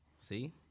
See